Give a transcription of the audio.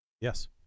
Yes